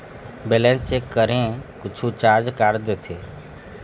Balance check करें कुछू charge काट देथे?